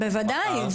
בוודאי.